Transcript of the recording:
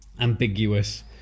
ambiguous